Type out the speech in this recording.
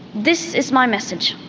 this is my message.